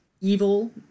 evil